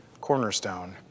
cornerstone